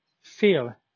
feel